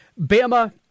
Bama